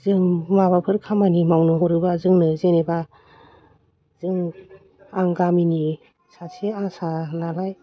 जों माबाफोर खामानि मावनो हरोबा जोंनो जेनेबा जों आं गामिनि सासे आसा नालाय